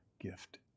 gift